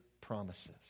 promises